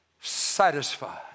satisfied